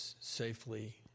safely